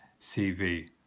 CV